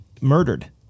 murdered